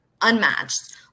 unmatched